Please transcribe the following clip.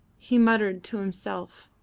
he muttered to himself,